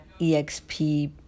exp